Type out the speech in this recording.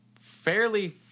fairly